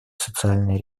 социальные